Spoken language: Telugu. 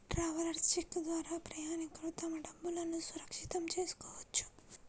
ట్రావెలర్స్ చెక్ ద్వారా ప్రయాణికులు తమ డబ్బులును సురక్షితం చేసుకోవచ్చు